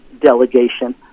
delegation